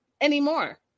anymore